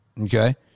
Okay